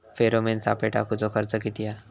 Pheromone सापळे टाकूचो खर्च किती हा?